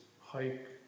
hike